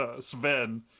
Sven